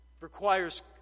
requires